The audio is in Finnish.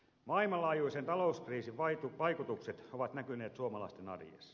maailmanlaajuisen talouskriisin vaikutukset ovat näkyneet suomalaisten arjessa